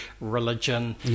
religion